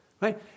right